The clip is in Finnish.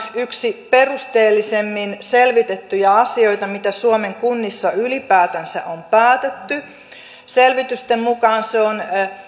yksi perusteellisimmin selvitettyjä asioita mitä suomen kunnissa ylipäätänsä on päätetty selvitysten mukaan se on